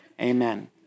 amen